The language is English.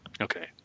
Okay